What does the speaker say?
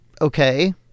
okay